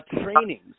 trainings